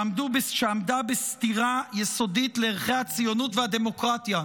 שעמדה בסתירה יסודית לערכי הציונות והדמוקרטיה,